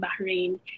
Bahrain